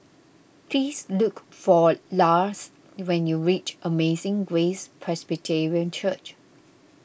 please look for Lars when you reach Amazing Grace Presbyterian Church